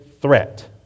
threat